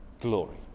glory